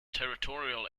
territorial